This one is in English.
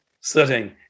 Sitting